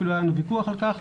אפילו היה לנו ויכוח על כך.